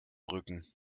rücken